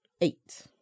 Eight